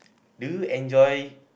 do you enjoy